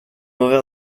mauvais